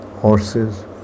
horses